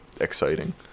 exciting